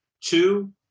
Two